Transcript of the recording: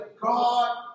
God